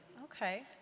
okay